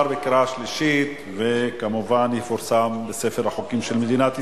עבר בקריאה שלישית וכמובן יפורסם בספר החוקים של מדינת ישראל.